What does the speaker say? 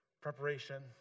Preparation